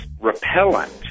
repellent